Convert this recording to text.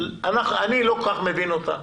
אני לא כל כך מבין אותה.